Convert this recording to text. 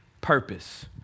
purpose